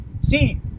see